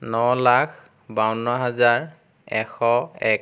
ন লাখ বাৱন্ন হাজাৰ এশ এক